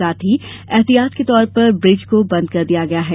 और एहतियात के तौर पर ब्रिज को बंद कर दिया गया है